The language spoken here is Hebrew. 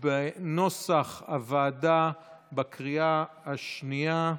בנוסח הוועדה בקריאה השנייה.